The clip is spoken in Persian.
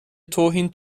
توهین